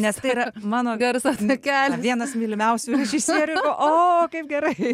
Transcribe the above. nes tai yra mano garso takelis vienas mylimiausių režisierių o kaip gerai